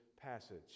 passage